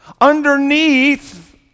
Underneath